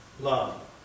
love